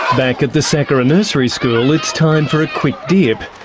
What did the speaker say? back at the sakura nursery school it's time for a quick dip,